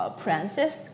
princess